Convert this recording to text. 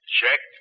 check